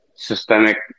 systemic